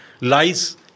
lies